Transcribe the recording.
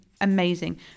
amazing